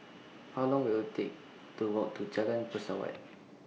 How Long Will IT Take to Walk to Jalan Pesawat